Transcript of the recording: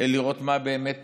לראות מה באמת